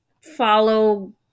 follow